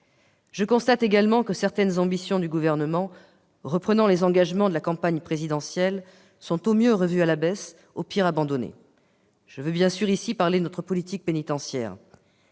Je constate également que certaines ambitions du Gouvernement, reprenant les engagements de la campagne présidentielle, sont au mieux revues à la baisse, au pire abandonnées. Je veux bien sûr parler ici de notre politique pénitentiaire.